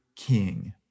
king